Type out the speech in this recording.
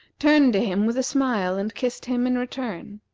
turned to him with a smile and kissed him in return.